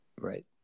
Right